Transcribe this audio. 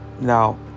Now